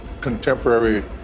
contemporary